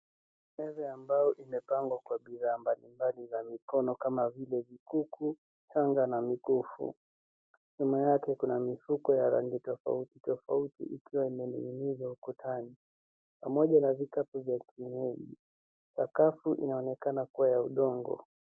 Kazi ambayo imepangwa kwa bidhaa mbali mbali za mikono kama vile vikuku shanga na mikufu nyuma yake kuna mifuko ya rangi tofauti tofauti ikiwa imeninginizwa ukutani pamoja na vikapu vya kienyeji sakafu inaonekana kuwa ya udongo.